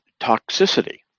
toxicity